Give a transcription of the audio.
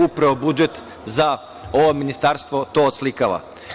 Upravo budžet za ovo ministarstvo to oslikava.